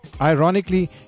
Ironically